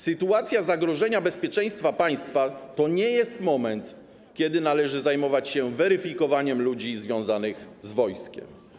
Sytuacja zagrożenia bezpieczeństwa państwa to nie jest moment, kiedy należy zajmować się weryfikowaniem ludzi związanych z wojskiem.